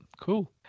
cool